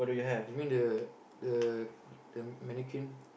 you mean the the the mannequin